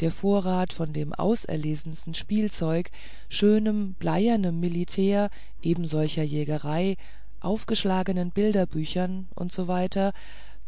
der vorrat von dem auserlesensten spielzeug schönem bleiernen militär ebensolcher jägerei aufgeschlagenen bilderbüchern u s w